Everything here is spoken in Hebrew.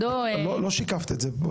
לא שיקפת את זה בדברייך.